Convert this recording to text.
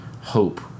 hope